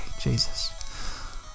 Jesus